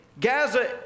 Gaza